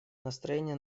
настроение